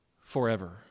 forever